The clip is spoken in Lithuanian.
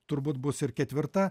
turbūt bus ir ketvirta